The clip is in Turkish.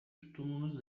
tutumunuz